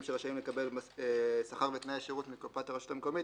שרשאים לקבל שכר ותנאי שירות מקופת הרשות המקומית,